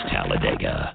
Talladega